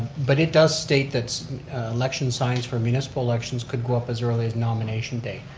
but it does state that election signs for municipal elections could go up as early as nomination day.